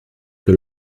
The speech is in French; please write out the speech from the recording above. que